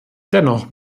dennoch